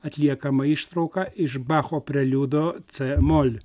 atliekama ištrauka iš bacho preliudo cė mol